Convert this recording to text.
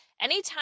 Anytime